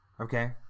Okay